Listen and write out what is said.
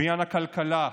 בעניין הכלכלה,